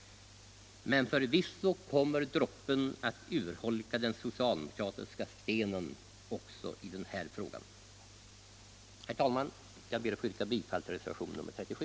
Men förvisso kommer droppen att urholka den socialdemokratiska stenen också i den här frågan. Herr talman! Jag ber att få yrka bifall till reservation nr 37.